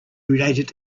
related